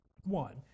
one